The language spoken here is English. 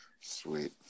Sweet